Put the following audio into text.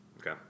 Okay